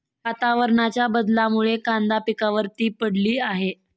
वातावरणाच्या बदलामुळे कांदा पिकावर ती पडली आहे